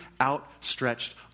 outstretched